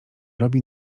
robi